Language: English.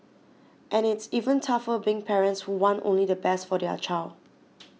and it's even tougher being parents who want only the best for their child